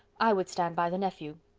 i would stand by the nephew.